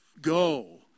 go